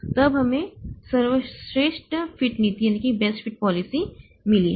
तब हमें सर्वश्रेष्ठ फिट नीति मिली है